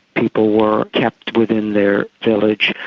people were kept within their village,